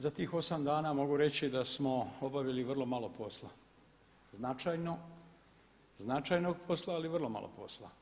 Za tih 8 dana mogu reći da smo obavili vrlo malo posla, značajnog posla ali vrlo malo posla.